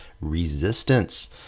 Resistance